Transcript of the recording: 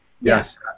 Yes